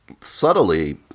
subtly